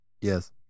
Yes